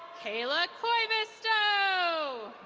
kayla cloibesto.